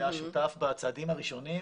הוא היה שותף בצעדים הראשונים.